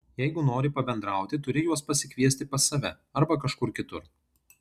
jeigu nori pabendrauti turi juos pasikviesti pas save arba kažkur kitur